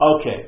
Okay